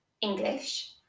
English